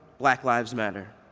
black lives matter.